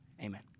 Amen